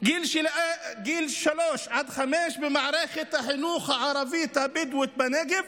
בגילי שלוש עד חמש במערכת החינוך הערבית הבדואית בנגב,